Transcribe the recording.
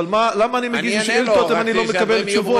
אבל למה אני מגיש שאילתות אם אני לא מקבל תשובות?